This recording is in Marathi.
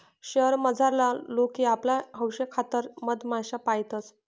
शयेर मझारला लोके आपला हौशेखातर मधमाश्या पायतंस